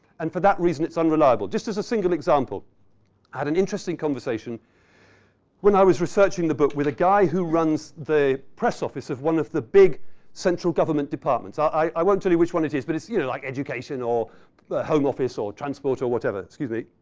and for that reason it's unreliable. just as a single example, i had an interesting conversation when i was researching the book, with a guy who runs the press office at one of the big central government departments. i i won't tell you which one it is, but it's yeah like education or the home office or transport or whatever. excuse me.